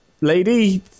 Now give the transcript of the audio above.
lady